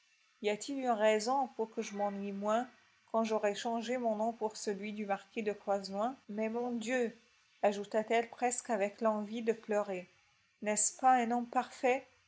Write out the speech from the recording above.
y a-t-il une raison pour que je m'ennuie moins quand j'aurai changé mon nom pour celui du marquis de croisenois mais mon dieu ajouta-t-elle presque avec l'envie de pleurer n'est-ce pas un homme parfait